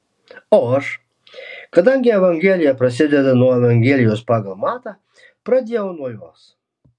o aš kadangi evangelija prasideda nuo evangelijos pagal matą pradėjau nuo jos